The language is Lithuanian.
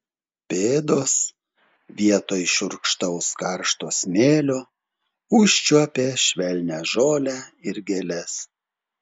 pėdos vietoj šiurkštaus karšto smėlio užčiuopė švelnią žolę ir gėles